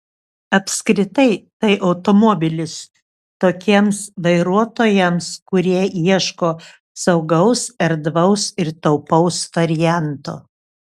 apskritai tai automobilis tokiems vairuotojams kurie ieško saugaus erdvaus ir taupaus varianto